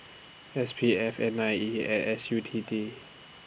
S P F N I E and S U T D